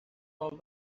all